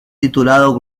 titulado